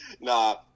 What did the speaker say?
nah